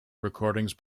recordings